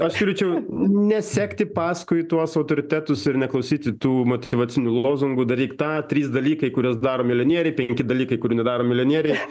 aš siūlyčiau nesekti paskui tuos autoritetus ir neklausyti tų motyvacinių lozungų daryk tą trys dalykai kuriuos daro milijonieriai penki dalykai kurių nedaro milijonieriai